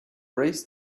raised